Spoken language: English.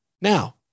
Now